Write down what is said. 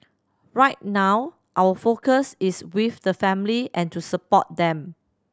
right now our focus is with the family and to support them